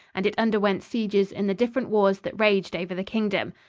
and it underwent sieges in the different wars that raged over the kingdom.